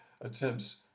attempts